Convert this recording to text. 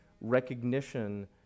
recognition